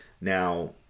now